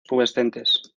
pubescentes